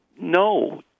no